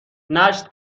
نشت